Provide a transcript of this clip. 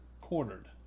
cornered